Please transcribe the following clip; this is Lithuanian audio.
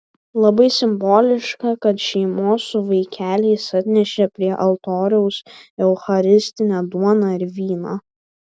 labai simboliška kad šeimos su vaikeliais atnešė prie altoriaus eucharistinę duoną ir vyną